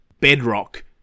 bedrock